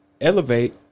Elevate